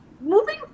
moving